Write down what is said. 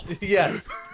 Yes